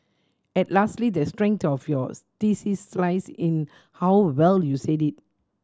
and lastly the strength of your theses lies in how well you said it